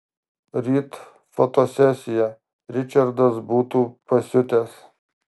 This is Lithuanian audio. ryt fotosesija ričardas būtų pasiutęs